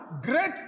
great